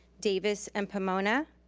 davis and pomona.